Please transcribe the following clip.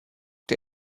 der